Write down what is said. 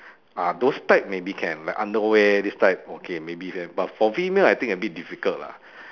ah those type maybe can like underwear this type okay maybe can but for female I think a bit difficult lah